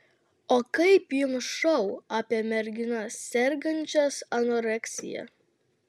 o kaip jums šou apie merginas sergančias anoreksija